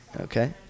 Okay